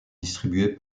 distribuée